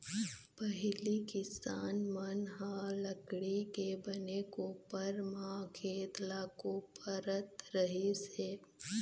पहिली किसान मन ह लकड़ी के बने कोपर म खेत ल कोपरत रहिस हे